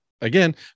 again